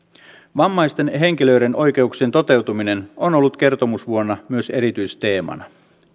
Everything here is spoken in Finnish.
vammaisten henkilöiden oikeuksien toteutuminen on ollut kertomusvuonna myös erityisteemana